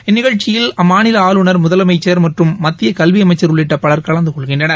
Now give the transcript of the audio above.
இந்நிகழ்ச்சியில் அம்மாநிலஆளுநர் முதலமைச்சர் மற்றும் மத்தியகல்வியமைச்சர் உள்ளிட்டபலர் கலந்த கொள்கின்றனர்